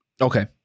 Okay